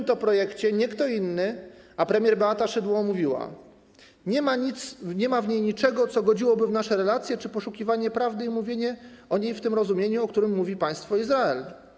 O tym projekcie nie kto inny jak premier Beata Szydło mówiła: Nie ma w niej niczego, co godziłoby w nasze relacje czy poszukiwanie prawdy i mówienie o niej w tym rozumieniu, o którym mówi państwo Izrael.